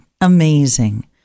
Amazing